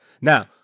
Now